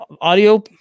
audio